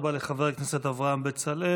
תודה רבה לחבר הכנסת אברהם בצלאל.